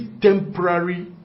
temporary